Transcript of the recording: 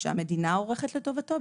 שהמדינה עורכת לטובתו,